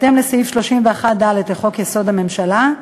בהתאם לסעיף 31(ד) לחוק-יסוד: הממשלה,